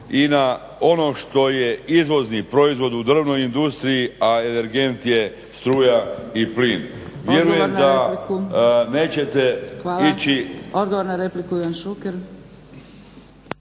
i na ono što je izvozni proizvod u drvnoj industriji, a energent je struja i plin.